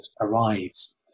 arrives